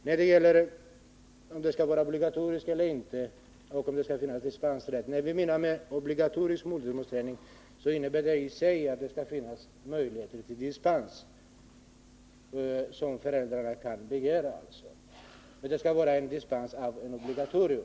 När vi talar om obligatorisk modersmålsträning menar vi att det också skall finnas möjligheter för föräldrarna att begära dispens, dvs. dispens från ett obligatorium.